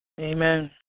Amen